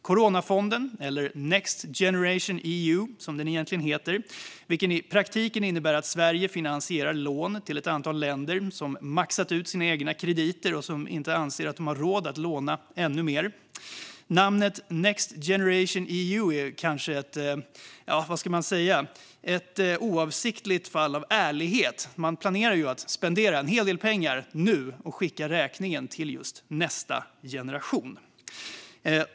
Coronafonden, Next Generation EU som den egentligen heter, innebär i praktiken att Sverige finansierar lån till ett antal länder som maxat ut sina egna krediter och som inte anser att de har råd att låna ännu mer. Namnet Next Generation EU är kanske ett, vad ska man säga, oavsiktligt fall av ärlighet. Man planerar ju att spendera en hel del pengar nu och skicka räkningen till just nästa generation.